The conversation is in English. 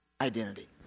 identity